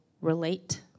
relate